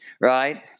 right